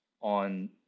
on